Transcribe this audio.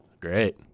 Great